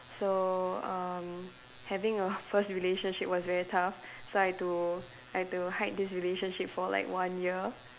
so um having a first relationship was very tough so I had to I had to hide this relationship for like one year